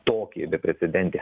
tokį beprecedentį